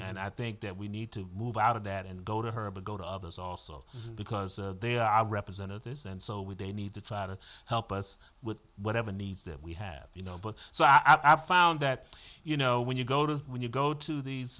and i think that we need to move out of that and go to her but go to others also because they're our representatives and so when they need to try to help us with whatever needs that we have you know but so i have found that you know when you go to when you go to these